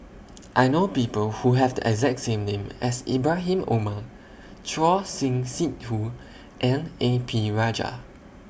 I know People Who Have The exact name as Ibrahim Omar Choor Singh Sidhu and A P Rajah